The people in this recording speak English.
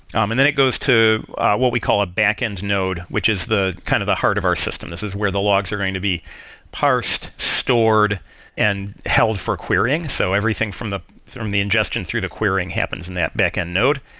um and then it goes to what we call a backend node, which is the kind of the heart of our system. this is where the logs are going to be parsed, stored and held for querying. so everything from the from the ingestion through the querying happens in that backend node.